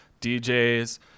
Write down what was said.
DJs